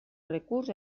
recurs